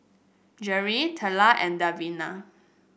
Jerrilyn Teela and Davina